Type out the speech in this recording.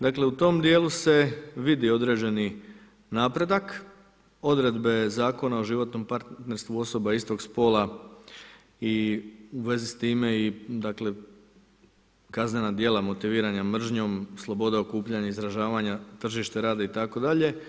Dakle u tom djelu se vidi određeni napredak, odredbe zakona o životnom partnerstvu osoba istog spola i u vezi s time i dakle kaznena djela motivirana mržnjom, sloboda okupljanja izražavanja, tržište rada itd.